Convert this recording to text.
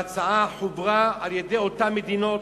ההצעה חוברה על-ידי אותן מדינות: